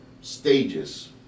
stages